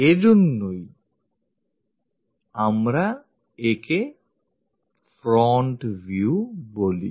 এজন্য আমরা একে একটি front view বলি